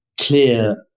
clear